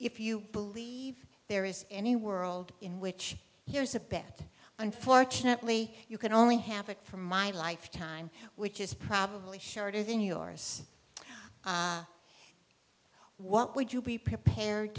if you believe there is any world in which here's a bet unfortunately you can only happen for my lifetime which is probably shorter than yours what would you be prepared